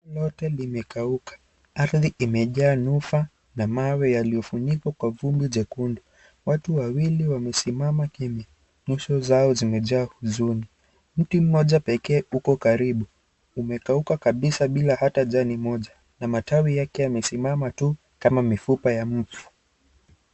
Lote limekauka, ardhi imejaa nufa na mawe yaliyofunikwa kwa vumbi jekundu, watu wawili wamesimama kimya nyuso zao zimejaa huzuni, mti mmoja pekee uko karibu, umekauka kabisa bila hata jani moja, na matawi yake yamesimama tu kama mifupa ya mfu.